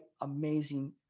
amazing